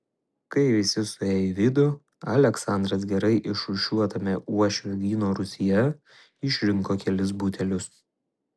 kai visi suėjo į vidų aleksandras gerai išrūšiuotame uošvio vyno rūsyje išrinko kelis butelius